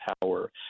power